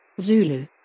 zulu